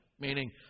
Meaning